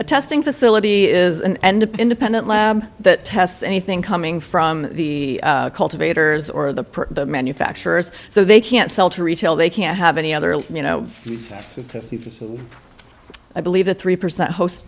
a testing facility is an end to independent lab that tests anything coming from the cultivators or the manufacturers so they can't sell to retail they can have any other you know i believe the three percent host